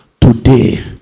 Today